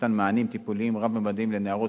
מתן מענים טיפוליים רב-ממדיים לנערות,